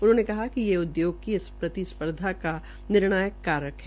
उन्होंने कहा कि ये उद्योग की प्रतिस्पर्धा का निर्णायक कारक है